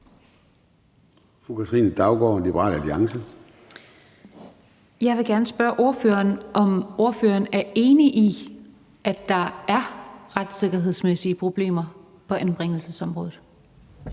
Jeg vil gerne spørge ordføreren, om ordføreren er enig i, at der er retssikkerhedsmæssige problemer på anbringelsesområdet.